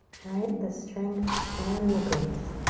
right? the strength and the grace.